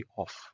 off